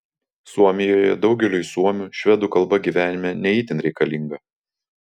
suomijoje daugeliui suomių švedų kalba gyvenime ne itin reikalinga